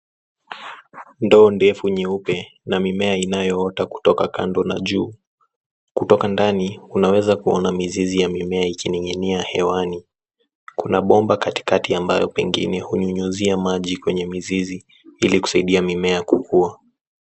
Ndoo ndefu nyeupe na mimea inayoota kutoka kando na juu. Kutoka ndani unaweza kuona mizizi ya mimea ikining'inia hewani. Kuna bomba katikati ambayo pengine hunyunyizia maji kwenye mizizi ili kusaidia mimea kukua.